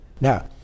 Now